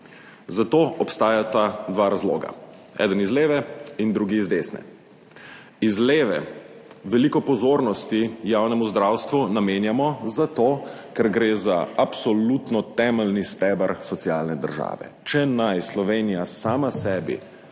Za to obstajata dva razloga, eden iz leve in drugi iz desne. Iz leve veliko pozornosti javnemu zdravstvu namenjamo zato, ker gre za absolutno temeljni steber socialne države. Če naj Slovenija sama sebi